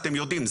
אתם יודעים,